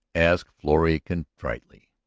asked florrie contritely.